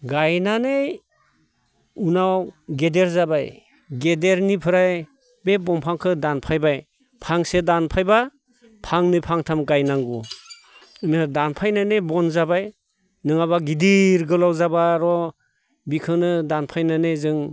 गायनानै उनाव गेदेर जाबाय गेदेरनिफ्राय बे दंफांखौ दानफायबाय फांसे दानफायबा फांनै फांथाम गायनांगौ बेनो दानफायनानै बन जाबाय नङाबा गिदिर गोलाव जाबा र' बेखौनो दानफायनानै जों